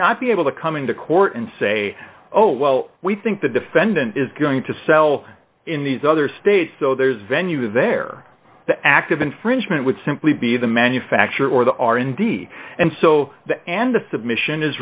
not be able to come into court and say oh well we think the defendant is going to sell in these other states so there's a venue there the active infringement would simply be the manufacture or the are indeed and so the and the submission is